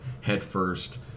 headfirst